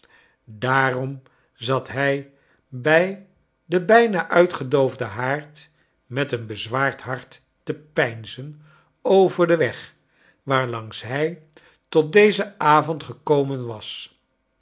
daarom zat hij bij den bijna uitgedoofden haard met een bezwaard hart te peinzen over den weg waarlangs hij tot dezen avond gekomen was